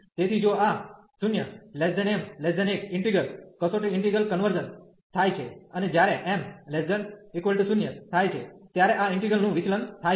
તેથી જો આ 0m1 ઇન્ટિગલ કસોટી ઇન્ટિગલ કન્વર્ઝન થાય છે અને જ્યારે m≤0 થાય છે ત્યારે આ ઈન્ટિગ્રલ નું વિચલન થાય છે